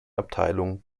abteilung